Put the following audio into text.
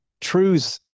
truths